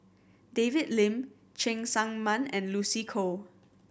David Lim Cheng Tsang Man and Lucy Koh